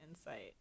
insight